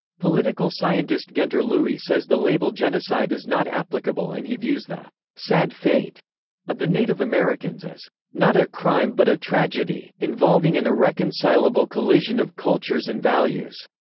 political scientist guenter lewy says the label genocide is not applicable and he views the sad fate of the native americans as not a crime but a tragedy, involving an irreconcilable collision of cultures and values.